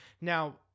Now